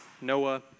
Noah